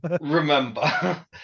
remember